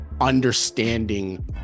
understanding